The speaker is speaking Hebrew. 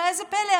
וראה זה פלא,